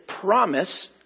promise